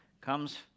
comes